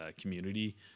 community